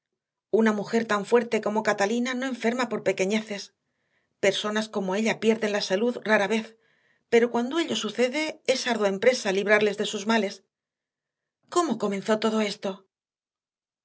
una mujer tan fuerte como catalina no enferma por pequeñeces personas como ella pierden la salud rara vez pero cuando ello sucede es ardua empresa librarles de sus males cómo comenzó esto